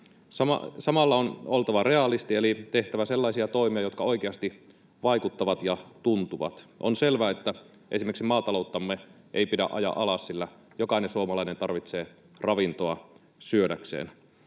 Samalla on oltava realisti eli tehtävä sellaisia toimia, jotka oikeasti vaikuttavat ja tuntuvat. On esimerkiksi selvä, että maatalouttamme ei pidä ajaa alas, sillä jokainen suomalainen tarvitsee ravintoa syödäkseen.